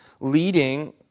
leading